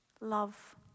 Love